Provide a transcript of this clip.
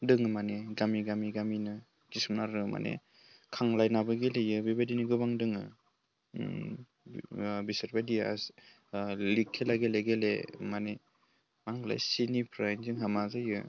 दं माने गामि गामिनो किसुमान आरो माने खांलायनाबो गेलेयो बेबायदिनो गोबां दङ बिसोरबायदिया लिग खेला गेले गेले माने मा होनोमोनलाय सिनिफ्राय जोंहा मा जायो